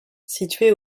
situés